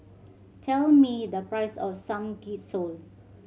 tell me the price of Samgyeopsal